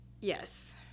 Yes